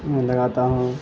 لگاتا ہوں